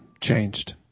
changed